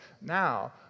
Now